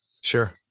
Sure